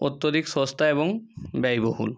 অত্যধিক সস্তা এবং ব্যয়বহুল